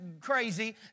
crazy